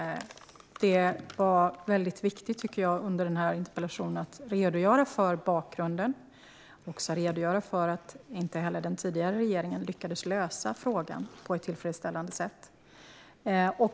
Fru talman! Det var också därför som jag tyckte att det var väldigt viktigt att under den här interpellationsdebatten redogöra för bakgrunden och för att inte heller den tidigare regeringen lyckades lösa frågan på ett tillfredsställande sätt.